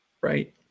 right